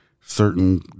certain